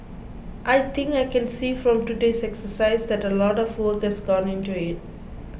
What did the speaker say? I think I can see from today's exercise that a lot of work has gone into it